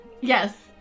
Yes